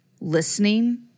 listening